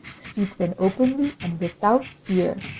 speak then openly and without fear,